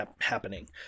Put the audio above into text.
happening